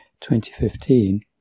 2015